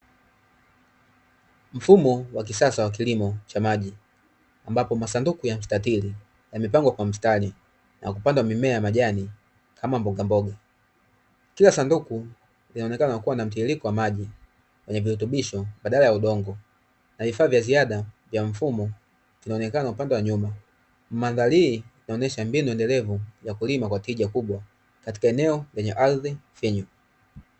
Mfumo wa kisasa wa cha maji ambapo masaduku ya mstatili yamepangwa kwa njia ya mstari yamepandwa mimea ya majani kama :ya mbogamboga huku kila sanduku linaonekana kuwa na mtiririko wa maji yenye virutubisho badala ya udongo huku vifaa vya ziada vya mfumo vikionekana kwa upande wa nyuma , madhari hii inaonyesha Mbinu endelevu kulima kwa tija kubwa katika eneo lenye ardhi finyu.